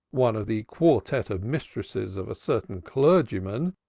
one of the quartette of mistresses of a certain clergyman,